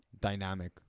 dynamic